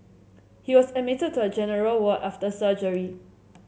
he was admitted to a general ward after surgery